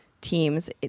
teams